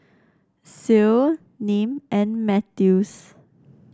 Ceil Nim and Mathews